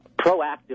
proactive